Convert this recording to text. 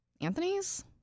Anthony's